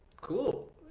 cool